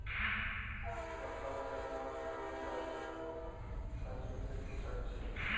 company अपनार कर्मचारीक पंजीकृत कर छे